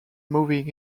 moving